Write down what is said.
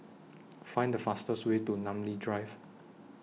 Find The fastest Way to Namly Drive